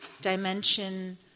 dimension